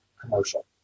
commercial